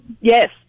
Yes